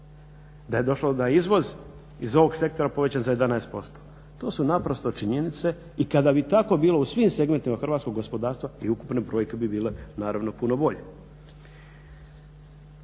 da je došlo da izvoz iz ovog sektora povećan za 11%. To su naprosto činjenice i kada bi tako bilo u svim segmentima hrvatskog gospodarstva i ukupne brojke bi bile naravno puno bolje.